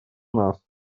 нас